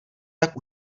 tak